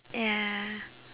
ya